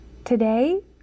Today